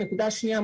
הנקודה השנייה,